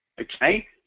Okay